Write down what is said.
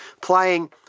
playing